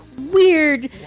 weird